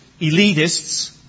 elitists